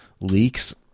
leaks